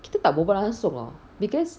kita tak berbual langsung [tau] because